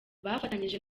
bafatanyije